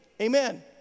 Amen